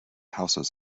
houses